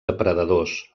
depredadors